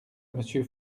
monsieur